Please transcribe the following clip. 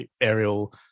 aerial